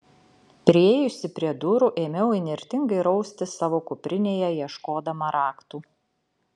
priėjusi prie durų ėmiau įnirtingai raustis savo kuprinėje ieškodama raktų